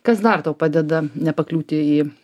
kas dar tau padeda nepakliūti į